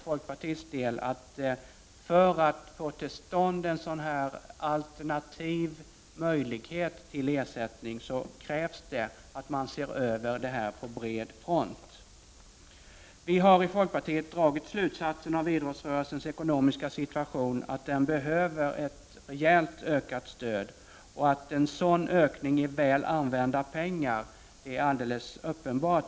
Folkpartiet tror att det , för att få till stånd en alternativ möjlighet till ersättning, krävs att man ser över det här på bred front. Vi har i folkpartiet av idrottsrörelsens ekonomiska situation dragit slutsatsen att den behöver ett rejält ökat stöd, och att en sådan ökning är väl använda pengar är alldeles uppenbart.